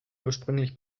ursprünglich